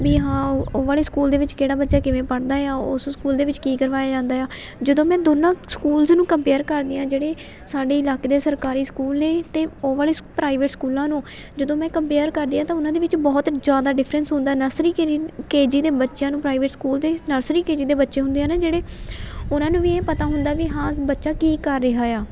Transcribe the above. ਵੀ ਹਾਂ ਉਹ ਉਹ ਵਾਲੇ ਸਕੂਲ ਦੇ ਵਿੱਚ ਕਿਹੜਾ ਬੱਚਾ ਕਿਵੇਂ ਪੜ੍ਹਦਾ ਆ ਉਸ ਸਕੂਲ ਦੇ ਵਿੱਚ ਕੀ ਕਰਵਾਇਆ ਜਾਂਦਾ ਆ ਜਦੋਂ ਮੈਂ ਦੋਨਾਂ ਸਕੂਲਸ ਨੂੰ ਕੰਪੇਅਰ ਕਰਦੀ ਹਾਂ ਜਿਹੜੇ ਸਾਡੇ ਇਲਾਕੇ ਦੇ ਸਰਕਾਰੀ ਸਕੂਲ ਨੇ ਅਤੇ ਉਹ ਵਾਲੇ ਸ ਪ੍ਰਾਈਵੇਟ ਸਕੂਲਾਂ ਨੂੰ ਜਦੋਂ ਮੈਂ ਕੰਪੇਅਰ ਕਰਦੀ ਹਾਂ ਤਾਂ ਉਹਨਾਂ ਦੇ ਵਿੱਚ ਬਹੁਤ ਜ਼ਿਆਦਾ ਡਿਫਰੈਂਸ ਹੁੰਦਾ ਨਰਸਰੀ ਕਜੀ ਕੇ ਜੀ ਦੇ ਬੱਚਿਆਂ ਨੂੰ ਪ੍ਰਾਈਵੇਟ ਸਕੂਲ ਦੇ ਨਰਸਰੀ ਕੇ ਜੀ ਦੇ ਬੱਚੇ ਹੁੰਦੇ ਆ ਨਾ ਜਿਹੜੇ ਉਹਨਾਂ ਨੂੰ ਵੀ ਇਹ ਪਤਾ ਹੁੰਦਾ ਵੀ ਹਾਂ ਬੱਚਾ ਕੀ ਕਰ ਰਿਹਾ ਆ